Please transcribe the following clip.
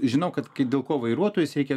žinau kad kai dėl ko vairuotojus reikia